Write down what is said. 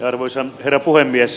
arvoisa herra puhemies